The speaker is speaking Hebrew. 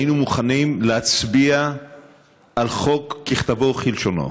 היינו מוכנים להצביע על חוק ככתבו וכלשונו.